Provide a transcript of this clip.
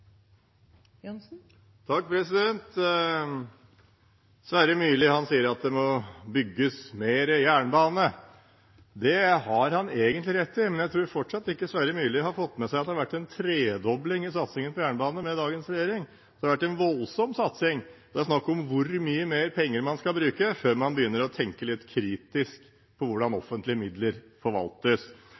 Sverre Myrli sier at det må bygges mer jernbane. Det har han egentlig rett i, men jeg tror fortsatt ikke Sverre Myrli har fått med seg at det har vært en tredobling i satsingen på jernbane med dagens regjering. Så det har vært en voldsom satsing, og det er snakk om hvor mye mer penger man skal bruke før man begynner å tenke litt kritisk på hvordan offentlige midler forvaltes.